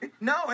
no